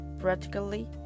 practically